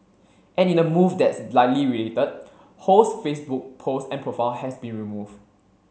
and in a move that is likely related Ho's Facebook post and profile have been removed